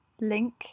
link